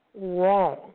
wrong